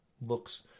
books